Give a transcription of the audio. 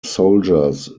soldiers